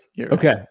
okay